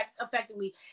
effectively